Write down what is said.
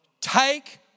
Take